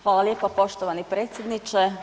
Hvala lijepa, poštovani predsjedniče.